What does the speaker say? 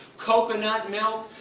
coconut milk,